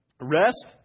Rest